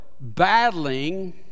battling